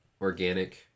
organic